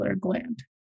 gland